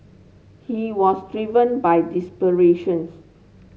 he was driven by desperations